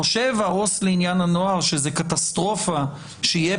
חושב העובד הסוציאלי לחוק הנוער שזאת קטסטרופה שיהיה